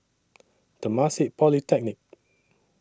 Temasek Polytechnic